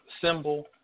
Symbol